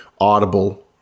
audible